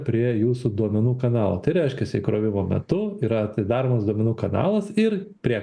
prie jūsų duomenų kanalų tai reiškias įkrovimo metu yra atidaromas duomenų kanalas ir prie